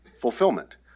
fulfillment